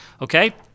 okay